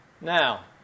Now